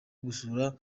gusura